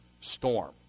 storm